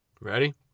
Ready